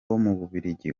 w’ububiligi